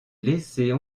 laisser